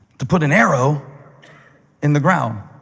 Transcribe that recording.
to put an arrow in the ground?